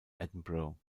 edinburgh